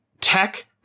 tech